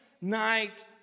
night